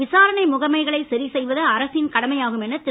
விசாரணை முகமைகளை சரி செய்வது அரசின் கடமையாகும் என திரு